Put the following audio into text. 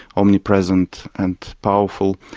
omnipresent and powerful.